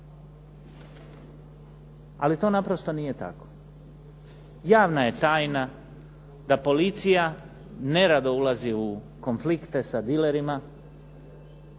Ali to naprosto nije tako. Javna je tajna da policija nerado ulazi u konflikte sa dilerima,